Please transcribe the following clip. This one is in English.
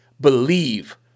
BELIEVE